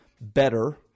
better